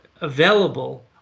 available